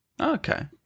Okay